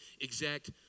exact